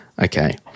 Okay